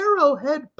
Arrowhead